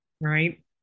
right